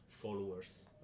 followers